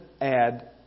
add